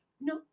No